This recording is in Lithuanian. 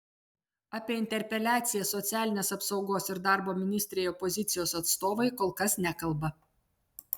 apie interpeliaciją socialinės apsaugos ir darbo ministrei opozicijos atstovai kol kas nekalba